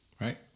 Right